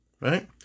right